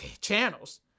channels